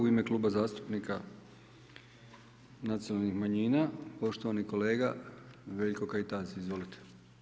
U ime Kluba zastupnika Nacionalnih manjina poštovani kolega Veljko Kajtazi, izvolite.